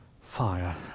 fire